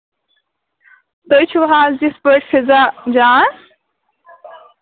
تُہۍ چھِو حظ یِتھ پٲٹھۍ فِزا جان